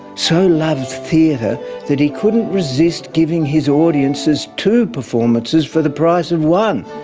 so loved theatre that he couldn't resist giving his audiences two performances for the price of one.